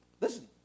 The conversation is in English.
Listen